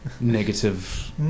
negative